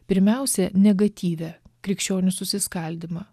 pirmiausia negatyvią krikščionių susiskaldymą